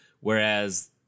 whereas